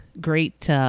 great